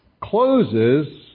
closes